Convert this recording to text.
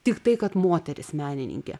tiktai kad moteris menininkė